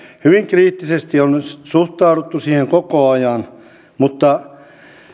hyvin kriittisesti on on suhtauduttu siihen koko ajan mutta